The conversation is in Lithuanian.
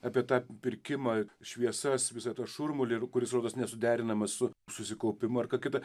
apie tą pirkimą šviesas visą tą šurmulį kuris rodos nesuderinamas su susikaupimu ar ką kita